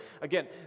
again